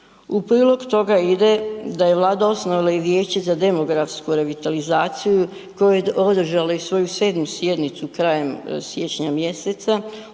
U prilog toga ide da je Vlada osnovala i vijeće za demografsku revitalizaciju koje je održalo i svoju 7. sjednicu krajem siječnja mjeseca